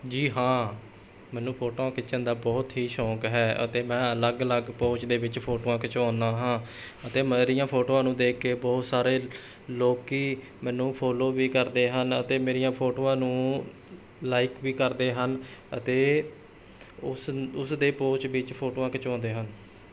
ਜੀ ਹਾਂ ਮੈਨੂੰ ਫੋਟੋਆਂ ਖਿੱਚਣ ਦਾ ਬਹੁਤ ਹੀ ਸ਼ੌਕ ਹੈ ਅਤੇ ਮੈਂ ਅਲੱਗ ਅਲੱਗ ਪੋਜ਼ ਦੇ ਵਿੱਚ ਫੋਟੋਆਂ ਖਿਚਵਾਉਂਦਾ ਹਾਂ ਅਤੇ ਮੇਰੀਆਂ ਫੋਟੋਆਂ ਨੂੰ ਦੇਖ ਕੇ ਬਹੁਤ ਸਾਰੇ ਲੋਕ ਮੈਨੂੰ ਫੋਲੋ ਵੀ ਕਰਦੇ ਹਨ ਅਤੇ ਮੇਰੀਆਂ ਫੋਟੋਆਂ ਨੂੰ ਲਾਈਕ ਵੀ ਕਰਦੇ ਹਨ ਅਤੇ ਉਸ ਉਸਦੇ ਪੋਜ਼ ਵਿੱਚ ਫੋਟੋਆਂ ਖਿਚਵਾਉਂਦੇ ਹਨ